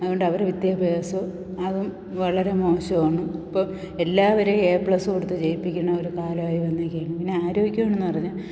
അതുകൊണ്ട് അവരെ വിദ്യഭ്യാസവും അതും വളരെ മോശമാണ് ഇപ്പോൾ എല്ലാവരെയും ഏ പ്ലസ് കൊടുത്തു ജയിപ്പിക്കണ ഒരു കാലമായി വന്നിരിക്കുകയാണ് പിന്നെ ആരോഗ്യമെന്നു പറഞ്ഞാൽ